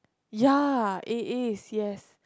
ya it is yes